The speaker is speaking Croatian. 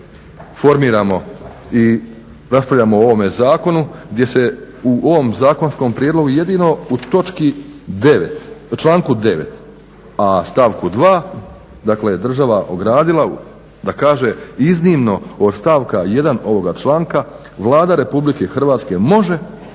formiramo i raspravljamo o ovome zakonu gdje se u ovom zakonskom prijedlogu jedino u točki 9., članku 9. a stavku 2. dakle država ogradila da kaže iznimno od stavka 1. ovoga članka Vlada Republike Hrvatske može u cilju